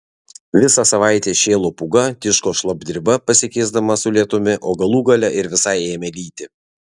visą savaitę šėlo pūga tiško šlapdriba pasikeisdama su lietumi o galų gale ir visai ėmė lyti